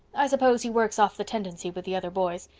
i suppose he works off the tendency with the other boys.